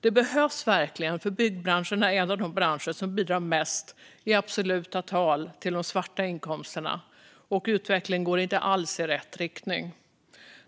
Det behövs verkligen, för byggbranschen är en av de branscher som bidrar mest i absoluta tal till de svarta inkomsterna, och utvecklingen går inte alls i rätt riktning.